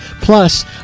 plus